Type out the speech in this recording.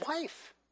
wife